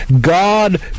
God